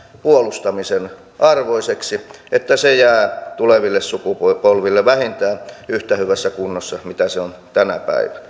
puolustamisen arvoiseksi että se jää tuleville sukupolville vähintään yhtä hyvässä kunnossa mitä se on tänä